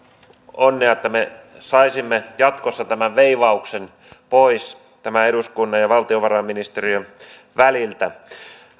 onnea että me saisimme jatkossa tämän veivauksen pois eduskunnan ja valtiovarainministeriön väliltä